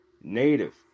native